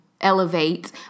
elevate